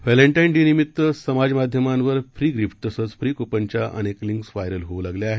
Valentine Day निमित्त समाजमाध्यमांवर free gift तसंच फ्री कुपनच्या अनेक लिंक व्हायरल होऊ लागल्या आहेत